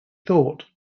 thought